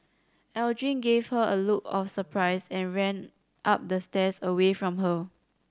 Aldrin gave her a look of surprise and ran up the stairs away from her